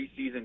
preseason